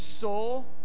soul